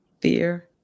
Fear